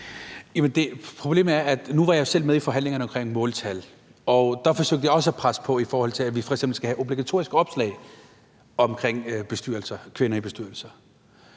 Siddique (FG): Nu var jeg selv med i forhandlingerne om måltal, og der forsøgte jeg også at presse på, i forhold til at vi f.eks. skal have obligatoriske opslag omkring kvinder i bestyrelser.